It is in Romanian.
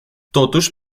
totuși